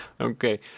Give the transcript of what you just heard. Okay